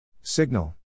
Signal